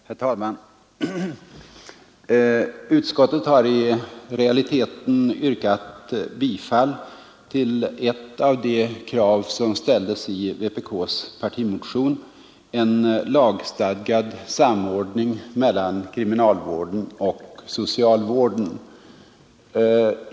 Herr talman! Utskottet har i realiteten yrkat bifall till ett av de krav som ställdes i vpk:s partimotion — en lagstadgad samordning mellan kriminalvården och socialvården.